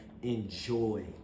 enjoy